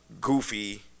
goofy